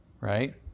Right